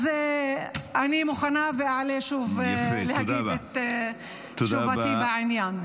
אז אני מוכנה ואעלה שוב להגיד את תשובתי בעניין.